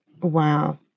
Wow